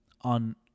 on